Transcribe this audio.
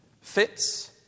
fits